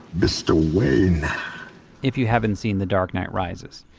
mr wayne if you haven't seen the dark knight rises,